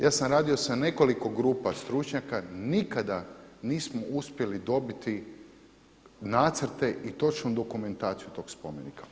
Ja sam radio sa nekoliko grupa stručnjaka, nikada nismo uspjeli dobiti nacrte i točnu dokumentaciju tog spomenika.